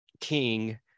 king